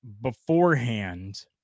beforehand